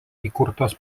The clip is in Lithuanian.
įkurtas